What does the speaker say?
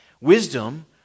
Wisdom